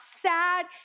sad